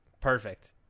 Perfect